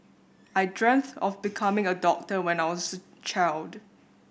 I dreamt of becoming a doctor when I was a child